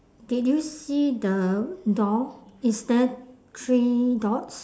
did you see the door is there three dots